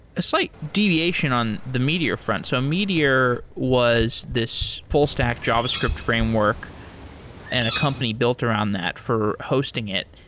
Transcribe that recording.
a slight deviation on the meteor front. so um meteor was this full stack javascript framework and a company built around that for hosting it.